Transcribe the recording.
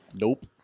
Nope